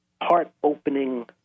heart-opening